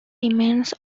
remains